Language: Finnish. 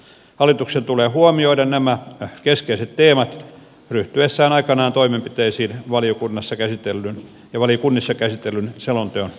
hallituksen tulee huomioida nämä keskeiset teemat ryhtyessään aikanaan toimenpiteisiin valiokunnissa käsitellyn selonteon